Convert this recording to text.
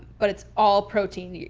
but it's all protein.